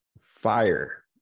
fire